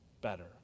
better